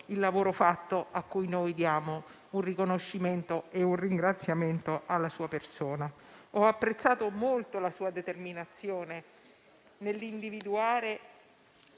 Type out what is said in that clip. il lavoro fatto, rispetto al quale diamo un riconoscimento e un ringraziamento alla sua persona. Ho apprezzato molto la sua determinazione nell'individuare